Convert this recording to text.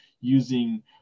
using